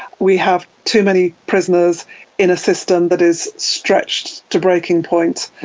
we have too many prisoners in a system that is stretched to breaking point,